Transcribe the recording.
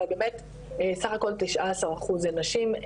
סה"כ 19 אחוזי נשים.